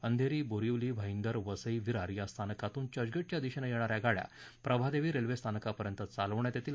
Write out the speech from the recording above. अंधेरी बोरिवली भाईदर वसई विरार या स्थानकातून चर्चगेटच्या दिशेनं येणाऱ्या गाड्या प्रभादेवी रेल्वे स्थानकापर्यंत चालवण्यात येतील